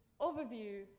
overview